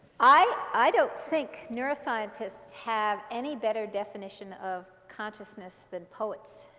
i don't think neuroscientists have any better definition of consciousness than poets,